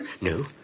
No